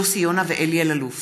יוסי יונה ואלי אלאלוף